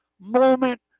moment